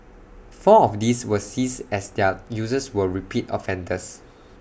four of these were seized as their users were repeat offenders